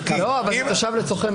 תושב לצורכי מס